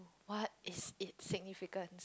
what is in significance